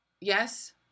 yes